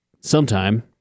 sometime